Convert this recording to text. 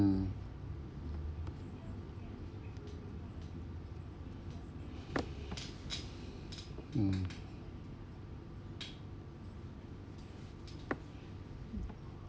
~(mm) mm